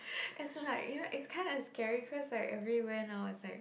as in like you know it's kinda scary cause like everywhere now is like